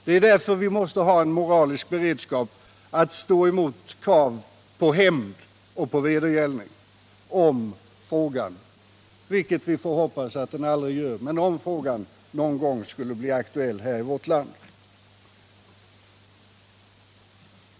Det är därför vi måste ha en moralisk beredskap att stå emot krav på hämnd och vedergällning, om frågan — vilket vi får hoppas aldrig sker — någon gång blir aktuell här i vårt land.